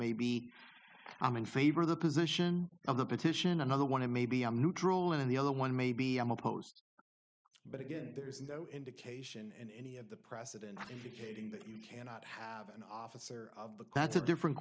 may be i'm in favor of the position of the petition another want to maybe i'm neutral and the other one maybe i'm opposed but again there is no indication in any of the precedent advocating that you cannot have an officer of the that's a different